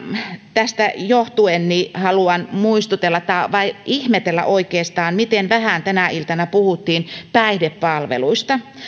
tästä johtuen haluan muistutella tai ihmetellä oikeastaan miten vähän tänä iltana puhuttiin päihdepalveluista